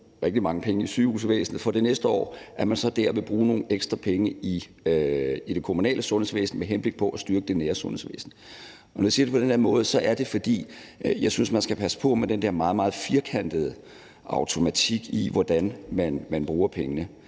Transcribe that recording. rigtig mange penge i sygehusvæsenet, og om man for det næste år så dér vil bruge nogle ekstra penge i det kommunale sundhedsvæsen med henblik på at styrke det nære sundhedsvæsen. Og når jeg siger det på den her måde, er det, fordi jeg synes, at man skal passe på med den der meget, meget firkantede automatik i, hvordan man bruger pengene,